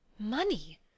Money